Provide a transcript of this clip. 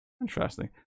Interesting